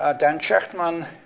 ah dan shechtman,